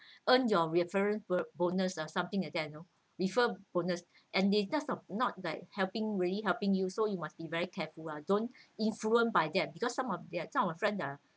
earn your referral bonus ah something like that you know refer bonus and they're not like helping really helping you so you must be very careful lah don't be influenced by them because some of their some of friends they are